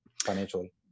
financially